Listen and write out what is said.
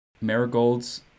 Marigolds